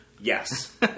Yes